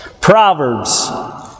Proverbs